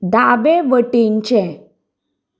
दावे वटेनचें